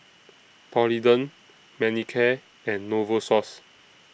Polident Manicare and Novosource